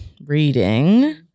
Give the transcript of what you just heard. Reading